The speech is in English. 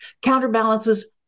counterbalances